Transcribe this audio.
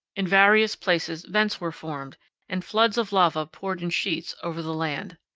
in various places vents were formed and floods of lava poured in sheets over the land.